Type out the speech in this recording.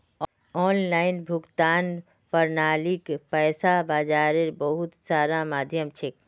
online भुगतान प्रणालीक पैसा बाजारेर बहुत सारा माध्यम छेक